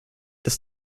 des